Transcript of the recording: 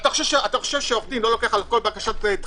אתה חושב שעורך דין לא לוקח עוד כסף על כל בקשת דחייה?